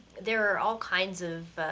there are all kinds of